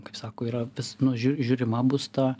kaip sako yra vis nu žiū žiūrima bus ta